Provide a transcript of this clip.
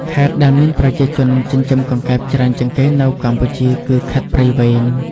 ខេត្តដែលមានប្រជាជនចិញ្ចឹមកង្កែបច្រើនជាងគេនៅកម្ពុជាគឺ ខេត្តព្រៃវែង។